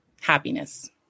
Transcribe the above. Happiness